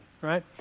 right